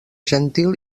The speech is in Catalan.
gentil